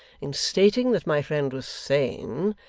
in stating that my friend was sane,